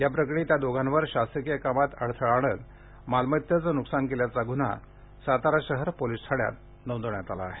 याप्रकरणी त्या दोघांवर शासकीय कामात अडथळा आणत शासकीय मालमतेचं न्कसान केल्याचा ग्न्हा सातारा शहर पोलीस ठाण्यात नोंदविण्यात आला आहे